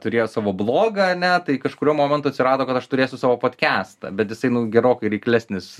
turėjo savo blogą ane tai kažkuriuo momentu atsirado kad aš turėsiu savo podkestą bet jisai gerokai reiklesnis